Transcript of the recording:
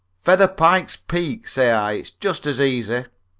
feather pike's peak, say i it's just as easy.